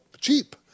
cheap